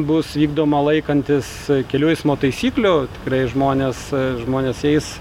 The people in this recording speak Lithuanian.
bus vykdoma laikantis kelių eismo taisyklių tikrai žmonės žmonės eis